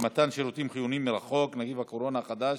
למתן שירותים חיוניים מרחוק (נגיף הקורונה החדש,